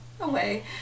Away